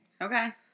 Okay